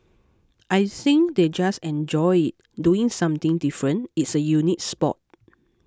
I think they just enjoy it doing something different it's a unique sport